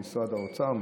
משרד האוצר,